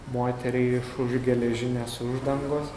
moteriai iš už geležinės uždangos